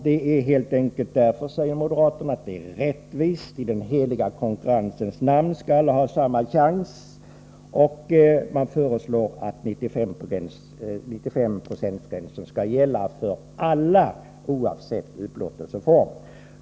Det är helt enkelt därför att det är rättvist. I den heliga konkurrensens namn skall alla ha samma chans. Moderaterna föreslår att 95-procentsgränsen skall gälla för alla, oavsett upplåtelseform.